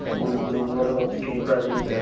when when roosevelt became president, ah